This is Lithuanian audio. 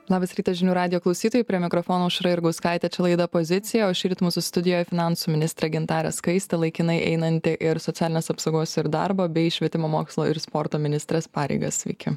labas rytas žinių radijo klausytojai prie mikrofono aušra jurgauskaitė čia laida pozicija o šįryt mūsų studijoje finansų ministrė gintarė skaistė laikinai einanti ir socialinės apsaugos ir darbo bei švietimo mokslo ir sporto ministrės pareigas sveiki